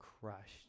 crushed